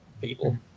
people